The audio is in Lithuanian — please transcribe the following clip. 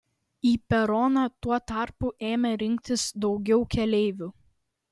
į peroną tuo tarpu ėmė rinktis daugiau keleivių